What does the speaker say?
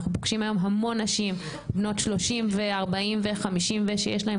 אנחנו פוגשים היום המון נשים בנות 30 ו-40 ו-50 ושיש להם